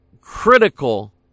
critical